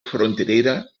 fronterera